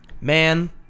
Man